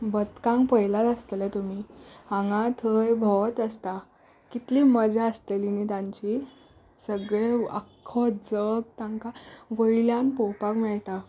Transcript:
बदकांक पयलात आसतलें तुमी हांगा थंय भोंवत आसता कितली मजा आसतली न्ही तांची सगळें आख्खो जग तांकां वयल्यान पळोवपाक मेळटा